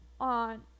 on